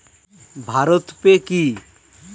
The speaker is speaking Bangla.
ভারত পে কি?